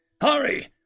Hurry